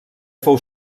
fou